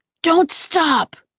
don't stop!